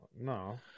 no